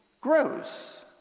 grows